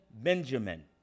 Benjamin